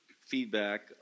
feedback